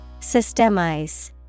Systemize